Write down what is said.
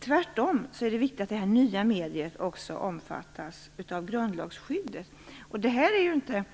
Tvärtom är det viktigt att det här nya mediet också omfattas av grundlagsskyddet. Det här är inte